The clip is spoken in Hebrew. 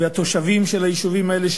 והתושבים של היישובים האלה,